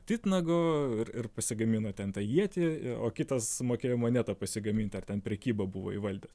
titnago ir ir pasigamino ten tą ietį i o kitas mokėjo monetą pasigaminti ar ten prekyba buvo įvaldęs